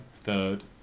third